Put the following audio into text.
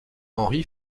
henri